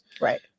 right